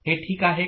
हे ठीक आहे का